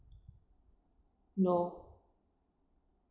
nope